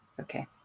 okay